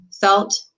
felt